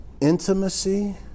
Intimacy